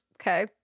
okay